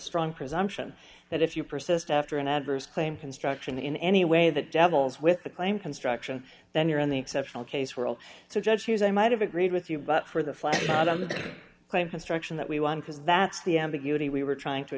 strong presumption that if you persist after an adverse claim construction in any way that devil's with the claim construction then you're in the exceptional case we're all so judge hughes i might have agreed with you but for the flat out on the claim construction that we won because that's the ambiguity we were trying to